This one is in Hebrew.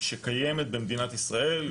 שקיימת במדינת ישראל,